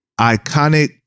iconic